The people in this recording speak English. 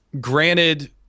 Granted